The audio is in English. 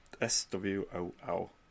S-W-O-L